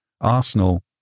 Arsenal